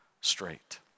straight